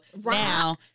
Now